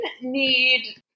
need